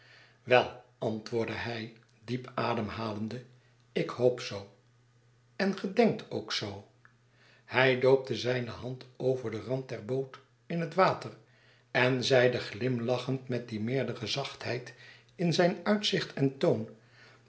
wel antwoordde hij diep ademhalende ik hoop zoo en ge denkt ook zoo hij doopte zijne hand over den rand der boot in het water en zeide glimlachend met die meerdere zachtheid in zijn uitzicht en toon